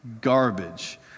Garbage